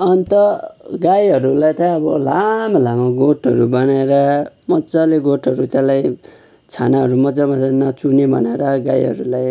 अन्त गाईहरूलाई चाहिँ हामीले लामो लामो गोठहरू बनाएर मजाले गोठहरू त्यसलाई छानाहरू मजा मजाले नचुहुने बनाएर गाईहरूलाई